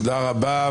תודה רבה.